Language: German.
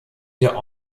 der